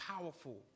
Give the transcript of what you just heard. powerful